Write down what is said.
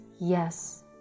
yes